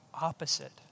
opposite